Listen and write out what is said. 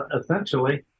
essentially